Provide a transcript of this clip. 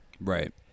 right